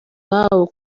ababo